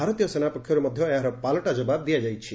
ଭାରତୀୟ ସେନା ପକ୍ଷରୁ ମଧ୍ୟ ଏହାର ପାଲଟା ଜବାବ୍ ଦିଆଯାଇଛି